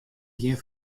gjin